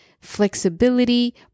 flexibility